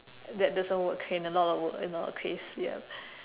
that doesn't work in a lot of work in a lot of case ya